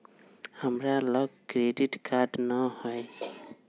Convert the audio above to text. हमरा लग credit card नऽ हइ